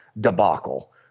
debacle